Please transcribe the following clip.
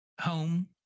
home